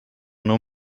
nur